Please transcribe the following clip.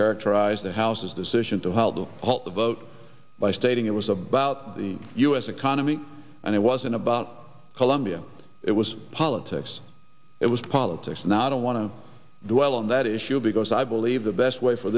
characterized the house's decision to help them halt the vote by stating it was about the u s economy and it wasn't about colombia it was politics it was politics now i don't want to dwell on that issue because i believe the best way for